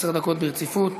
עשר דקות ברציפות,